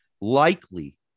Likely